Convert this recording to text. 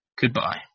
goodbye